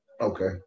Okay